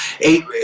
eight